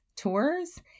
tours